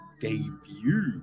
debut